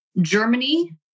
Germany